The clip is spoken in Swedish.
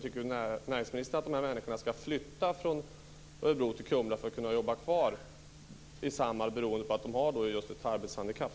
Tycker näringsministern att dessa människor ska flytta från Örebro till Kumla för att kunna jobba kvar inom Samhall, beroende på att de just har ett arbetshandikapp?